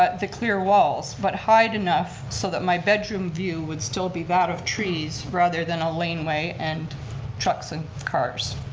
ah the clear walls but hide enough so that my bedroom view would still be that of trees rather than a lane way and trucks and cars.